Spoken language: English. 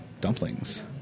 dumplings